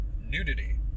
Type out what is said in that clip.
nudity